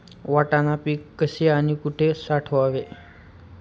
वाटाणा पीक कसे आणि कुठे साठवावे?